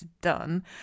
done